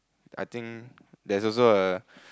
I think that's also a